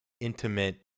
intimate